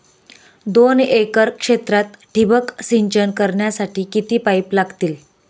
दोन एकर क्षेत्रात ठिबक सिंचन करण्यासाठी किती पाईप लागतील?